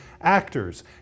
actors